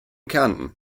kärnten